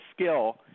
skill